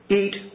eat